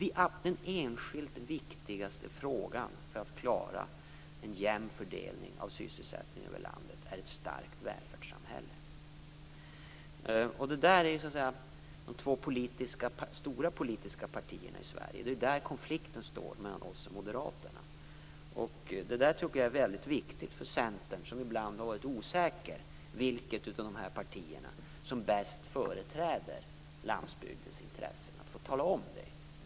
Den enskilt viktigaste frågan för att klara en jämn fördelning av sysselsättning över landet är alltså ett starkt välfärdssamhälle. Det är här konflikten finns mellan de två stora politiska partierna i Sverige - mellan oss och moderaterna. Det är väldigt viktigt att få tala om detta för Centern, där man ibland har varit litet osäker på vilket av de här partierna som bäst företräder landsbygdens intressen.